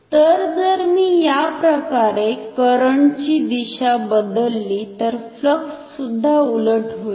तर जर मी याप्रकारे करंटची दिशा बदलली तर फ्लक्स सुद्धा उलट होईल